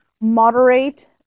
moderate